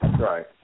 Right